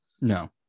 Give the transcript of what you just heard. No